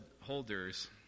holders